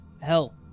Hell